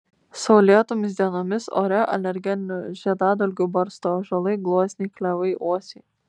saulėtomis dienomis ore alergeninių žiedadulkių barsto ąžuolai gluosniai klevai uosiai